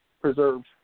preserved